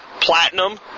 platinum